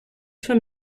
for